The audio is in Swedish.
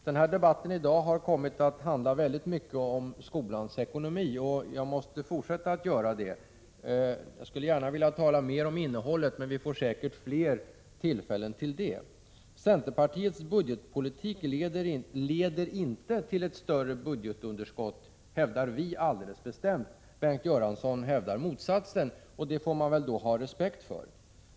Herr talman! Debatten i dag har kommit att handla väldigt mycket om skolans ekonomi, och jag måste fortsätta på det området. Jag skulle gärna vilja tala mer om innehållet i utbildningen, men vi får säkert fler tillfällen till det. Centerpartiets budgetpolitik leder inte till ett större budgetunderskott, hävdar vi alldeles bestämt. Bengt Göransson hävdar motsatsen. Det får man väl ha respekt för.